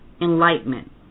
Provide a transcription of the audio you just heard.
Enlightenment